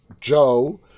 joe